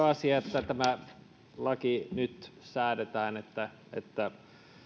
asia että tämä laki nyt säädetään että että